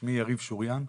שמי יריב שוריאן,